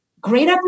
great